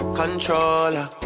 controller